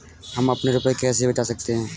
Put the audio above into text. हम अपने रुपये कैसे बचा सकते हैं?